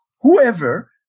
whoever